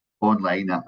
online